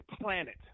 planet